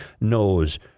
knows